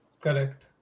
Correct